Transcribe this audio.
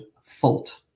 Fault